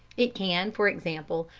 it can, for example,